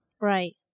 Right